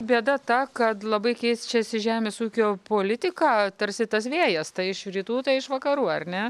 bėda ta kad labai keičiasi žemės ūkio politika tarsi tas vėjas tai iš rytų tai iš vakarų ar ne